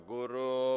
Guru